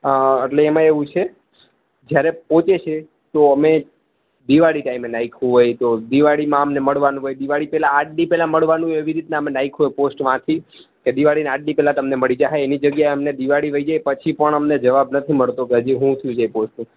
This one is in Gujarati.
અં એટલે એમાં એવું છે જ્યારે પહોચે છે તો અમે દિવાળી ટાઈમે નાખ્યું હોય તો દિવાળીમાં અમને મળવાનું હોય દિવાળી પેહલા આજ બી પહેલા મળવાનું હોય એવી રીતના અમે નાખ્યું પોસ્ટમાંથી કે દિવાળી આઠ દી પેહલા તમને મળી જાશે એની જગ્યા અમને દિવાળી વય જાય પછી પણ અમને જવાબ નથી મળતો કે હજી શું થયુ છે એ પોસ્ટનું